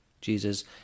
Jesus